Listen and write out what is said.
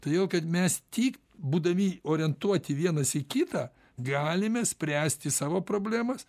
todėl kad mes tik būdami orientuoti vienas į kitą galime spręsti savo problemas